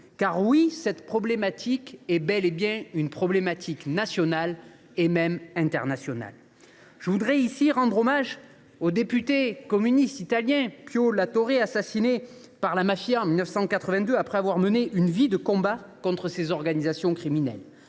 pays. Oui, cette problématique est bien une problématique nationale, et même internationale. Je voudrais ici rendre hommage au député communiste italien Pio La Torre, assassiné par la mafia en 1982 après avoir mené une vie de combat contre ces organisations criminelles.